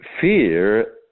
Fear